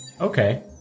Okay